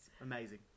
amazing